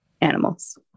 animals